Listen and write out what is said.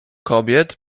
kobiet